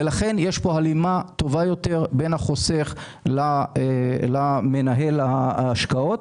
לכן, יש הלימה טובה יותר בין החוסך למנהל ההשקעות.